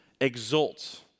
Exult